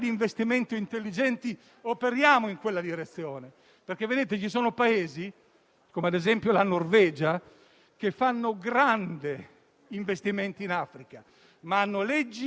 contestualizzare significa comprendere che se l'Austria ha chiuso i proprio i confini, se lo ha fatto la Francia, se lo hanno fatto tanti Paesi, noi ci troviamo in una condizione di estrema difficoltà.